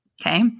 okay